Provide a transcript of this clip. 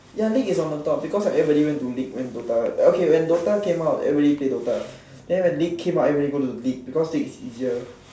ya league is on the top because everybody went to league when DOTA okay when DOTA came out everybody play DOTA when league came out everybody go to league because league is easier